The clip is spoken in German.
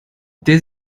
der